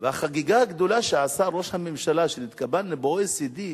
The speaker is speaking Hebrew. והחגיגה הגדולה שעשה ראש הממשלה כשהתקבלנו ל-OECD,